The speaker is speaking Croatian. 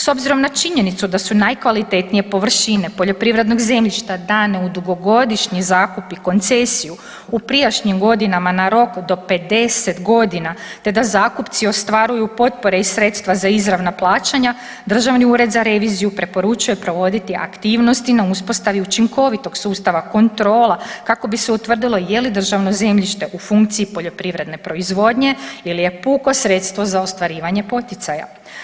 S obzirom na činjenicu da su najkvalitetnije površine poljoprivrednog zemljišta dane u dugogodišnji zakup i koncesiju u prijašnjim godinama na rok do 50.g., te da zakupci ostvaruju potpore i sredstva za izravna plaćanja Državni ured za reviziju preporučuje provoditi aktivnosti na uspostavi učinkovitog sustava kontrola kako bi se utvrdilo je li državno zemljište u funkciji poljoprivredne proizvodnje ili je puko sredstvo za ostvarivanje poticaja.